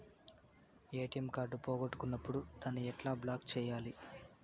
ATM card పోగొట్టుకున్నప్పుడు దాన్ని ఎట్లా బ్లాక్ సేయాలి